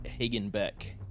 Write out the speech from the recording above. Hagenbeck